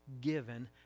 given